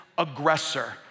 aggressor